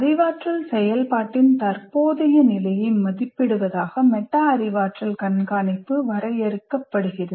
அறிவாற்றல் செயல்பாட்டின் தற்போதைய நிலையை மதிப்பிடுவதாக மெட்டா அறிவாற்றல் கண்காணிப்பு வரையறுக்கப்படுகிறது